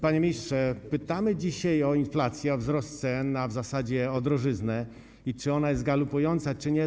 Panie ministrze, pytamy dzisiaj o inflację, o wzrost cen, a w zasadzie o drożyznę i o to, czy ona jest galopująca, czy też nie.